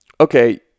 okay